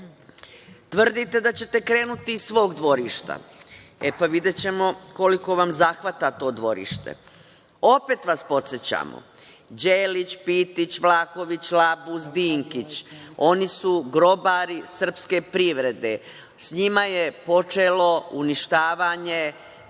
Tvrdite da ćete krenuti iz svog dvorišta. E, pa videćemo koliko vam zahvata to dvorište. Opet vas podsećamo, Đelić, Pitić, Vlahović, Labus, Dinkić, oni su grobari srpske privrede. S njima je počelo uništavanje